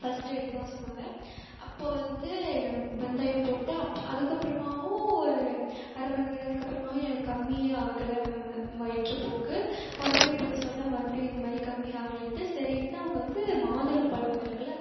first இதுதான் சொன்னாங்க அப்போது வந்து நான் வெந்தயம் போட்டேன் அதுக்கப்புறமாகவும் ஒரு அரைமணி நேரத்துக்கு அப்புறமாகவும் எனக்கு கம்மியே ஆகலை வயிற்றுப்போக்கு மறுபடியும் போய் சொன்னேன் மறுபடியும் இந்த மாதிரி கம்மி ஆகலைன்ட்டு சரினுட்டு அவங்க வந்து மாதுளம்பழம் இருக்கில்ல